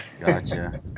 Gotcha